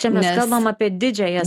čia mes kalbam apie didžiąją